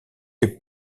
est